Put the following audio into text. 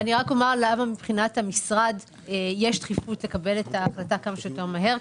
אני רק אומר למה מבחינת המשרד יש דחיפות לקבל את ההחלטה כמה שיותר מהר.